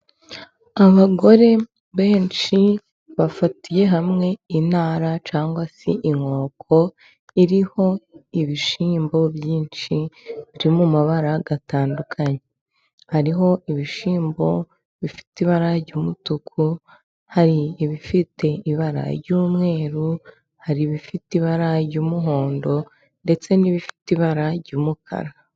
Abagore benshi bafatiye hamwe intara cyangwa se inkoko iriho ibishyimbo byinshi, biri mu mabara atandukanye. Hariho ibishyimbo bifite ibara ry'umutuku, hari ibifite ibara ry'umweru, hari ibifite ibara ry'umuhondo, ndetse n'ibifite ibara ry'umukara.